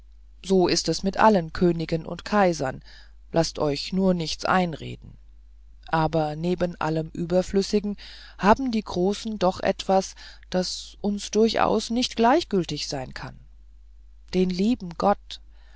so ist es mit allen königen und kaisern laßt euch nur nichts einreden aber neben allem überflüssigen haben die großen doch etwas was uns durchaus nicht gleichgültig sein kann den lieben gott